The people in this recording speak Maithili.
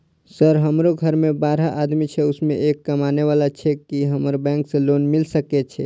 सर हमरो घर में बारह आदमी छे उसमें एक कमाने वाला छे की हमरा बैंक से लोन मिल सके छे?